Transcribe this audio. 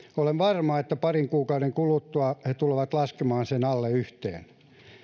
olen varma että parin kuukauden kuluttua he tulevat laskemaan sen alle yhteen